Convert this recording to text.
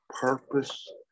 purpose